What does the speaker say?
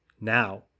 Now